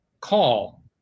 call